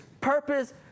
purpose